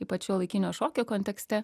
ypač šiuolaikinio šokio kontekste